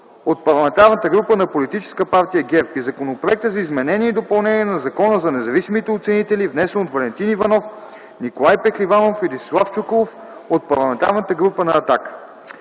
от Парламентарната група на политическа партия ГЕРБ, и Законопроекта за изменение и допълнение на Закона за независимите оценители, внесен от Валентин Иванов, Николай Пехливанов и Десислав Чуколов – от Парламентарната група на